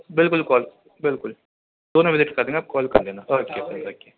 بالکل کال بالکل دونوں وزٹ کر لینا آپ کال کر لینا اوکے تھینک یو